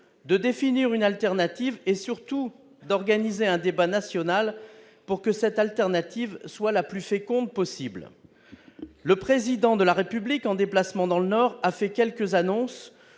de définir une alternative et surtout d'organiser un débat national pour que cette alternative, soit la plus féconde possible, le président de la République, en déplacement dans le Nord, a fait quelques annonces